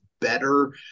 better